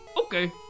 Okay